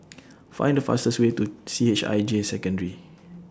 Find The fastest Way to C H I J Secondary